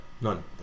None